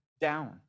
down